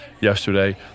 yesterday